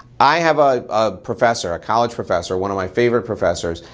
i have a ah professor, a college professor, one of my favorite professors,